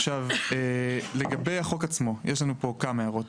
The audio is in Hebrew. עכשיו לגבי החוק עצמו, יש לנו פה כמה הערות.